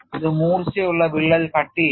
ഇത് മൂർച്ചയുള്ള വിള്ളൽ cut ചെയ്യുന്നു